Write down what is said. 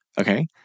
okay